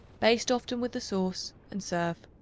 baste often with the sauce and serve.